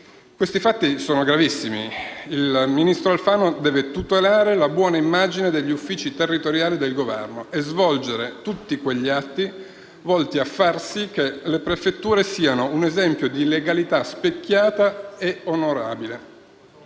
Questi fatti sono gravissimi. Il ministro Alfano deve tutelare la buona immagine degli uffici territoriali del Governo e svolgere tutti quegli atti volti a far sì che le prefetture siano un esempio di legalità e specchiata onorabilità.